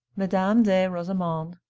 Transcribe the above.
madame de rosemonde.